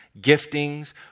giftings